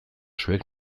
zuek